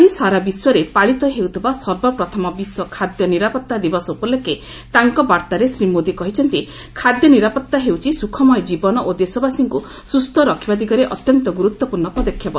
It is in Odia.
ଆଜି ସାରା ବିଶ୍ୱରେ ପାଳିତ ହେଉଥିବା ସର୍ବପ୍ରଥମ ବିଶ୍ୱ ଖାଦ୍ୟ ନିରାପତ୍ତା ଦିବସ ଉପଲକ୍ଷେ ତାଙ୍କ ବାର୍ତ୍ତାରେ ଶ୍ରୀ ମୋଦି କହିଛନ୍ତି ଖାଦ୍ୟ ନିରାପତ୍ତା ହେଉଛି ସୁଖମୟ ଜୀବନ ଓ ଦେଶବାସୀଙ୍କୁ ସୁସ୍ଥ ରଖିବା ଦିଗରେ ଅତ୍ୟନ୍ତ ଗୁରୁତ୍ୱପୂର୍ଣ୍ଣ ପଦକ୍ଷେପ